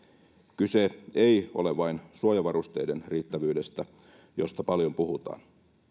kyse ei ole vain suojavarusteiden riittävyydestä josta paljon puhutaan